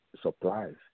supplies